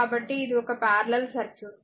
కాబట్టి ఇది ఒక పారలెల్ సర్క్యూట్